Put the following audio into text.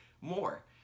more